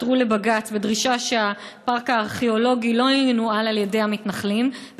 עתרו לבג"ץ בדרישה שהפארק הארכיאולוגי לא ינוהל על ידי המתנחלים,